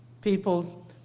people